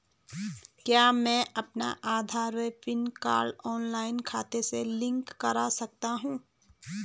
क्या मैं अपना आधार व पैन कार्ड ऑनलाइन खाते से लिंक कर सकता हूँ?